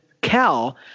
Cal